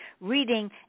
reading